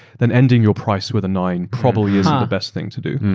then ending your price with a nine probably isn't the best thing to do.